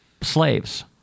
slaves